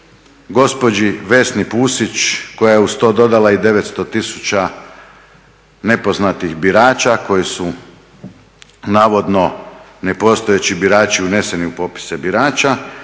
gospođi Vesni Pusić koja je uz to dodala i 900 tisuća nepoznatih birača koji su navodno nepostojeći birači uneseni u popise birača,